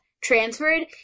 transferred